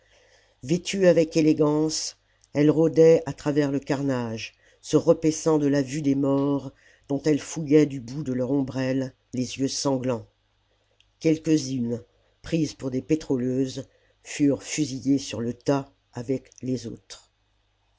vêtues avec élégance elles rôdaient à travers le carnage se repaissant de la vue des morts dont elles fouillaient du bout de leur ombrelle les yeux sanglants quelques-unes prises pour des pétroleuses furent fusillées sur le tas avec les autres